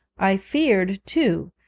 i feared, too,